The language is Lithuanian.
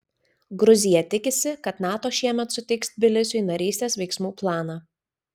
gruzija tikisi kad nato šiemet suteiks tbilisiui narystės veiksmų planą